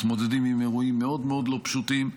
מתמודדים עם אירועים מאוד מאוד לא פשוטים,